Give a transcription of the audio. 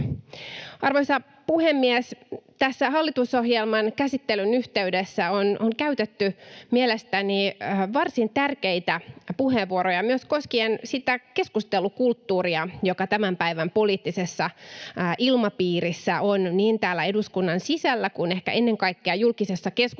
Arvoisa puhemies! Tässä hallitusohjelman käsittelyn yhteydessä on käytetty mielestäni varsin tärkeitä puheenvuoroja myös koskien sitä keskustelukulttuuria, joka tämän päivän poliittisessa ilmapiirissä on niin täällä eduskunnan sisällä kuin ehkä ennen kaikkea julkisessa keskustelussa